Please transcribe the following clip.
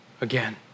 again